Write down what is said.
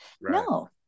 No